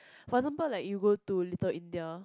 for example like you go to Little India